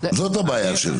זאת הבעיה שלי.